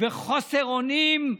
וחוסר אונים,